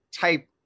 type